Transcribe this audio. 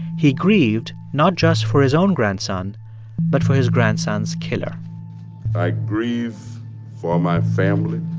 he grieved not just for his own grandson but for his grandson's killer i grieve for my family.